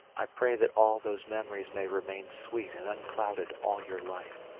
i pray that all those memories may remain sweet and unclouded all your life.